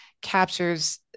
captures